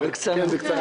קודם כל,